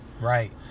Right